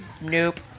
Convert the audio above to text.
Nope